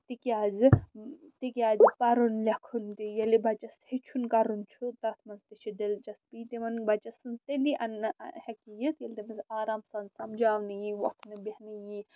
تِکیازِ تِکیازِ پرُن لٮ۪کھُن تہِ ییٚلہِ بچس ہیٚچھُن کرُن چھُ تتھ منٛز تہِ چھِ دِلچسپی تِمن بچس سٕنٛز تیٚلی اننہٕ ہٮ۪کہِ یِتھ ییٚلہِ تٔمِس آرام سان سمجاونہٕ یی وۄتھنہٕ بیٚہنہٕ یی